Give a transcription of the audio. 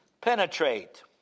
penetrate